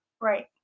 Right